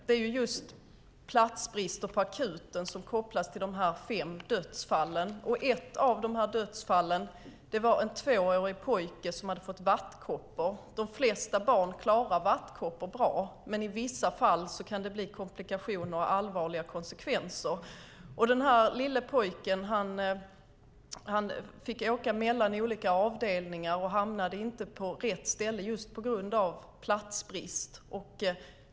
Det är just platsbristen på akuten som kopplas till de fem dödsfallen. Ett av de här dödsfallen var en tvåårig pojke som hade fått vattkoppor. De flesta barn klarar vattkoppor bra, men i vissa fall kan det bli komplikationer och allvarliga konsekvenser. Den här lille pojken fick åka mellan olika avdelningar och hamnade inte på rätt ställe just på grund av platsbrist.